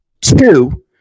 two